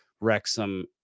Wrexham